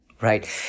Right